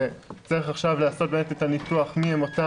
צריך עכשיו לעשות את הניתוח מי הם אותם